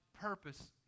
purpose